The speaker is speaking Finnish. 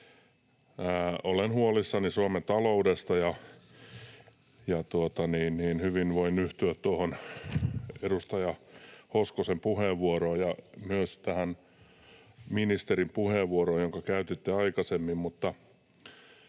Olen huolissani Suomen taloudesta, ja hyvin voin yhtyä tuohon edustaja Hoskosen puheenvuoroon ja myös tähän ministerin puheenvuoroon, jonka käytitte aikaisemmin.